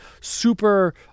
super